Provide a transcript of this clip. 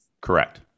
Correct